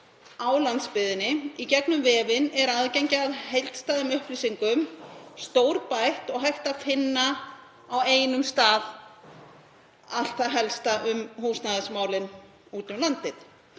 á landsbyggðinni. Í gegnum vefinn er aðgengi að heildstæðum upplýsingum stórbætt og hægt að finna á einum stað allt það helsta um húsnæðismálin úti um landið.